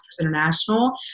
International